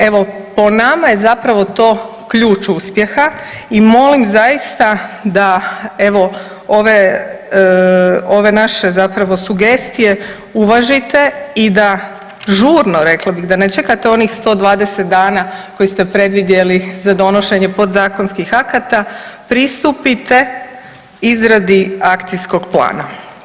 Evo, po nama je zapravo to ključ uspjeha i molim zaista da evo ove, ove naše sugestije zapravo uvažite i da žurno rekla bih da ne čekate onih 120 dana koji ste predvidjeli za donošenje podzakonskih akata pristupite izradi akcijskog plana.